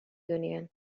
union